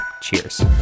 Cheers